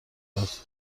اساس